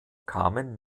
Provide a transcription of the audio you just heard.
kamen